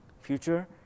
future